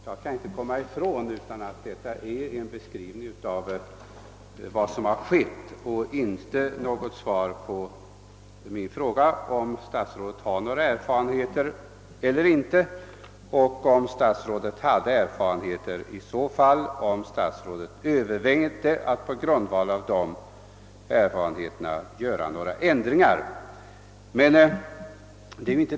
Jag kan inte komma ifrån att detta är en beskrivning av vad som har skett och inte ett svar på mina frågor huruvida statsrådet har några erfarenheter av bestämmelserna om personbedömning av polispersonal och om statsrådet i så fall överväger att på grundval av dessa erfarenheter ändra bestämmelserna.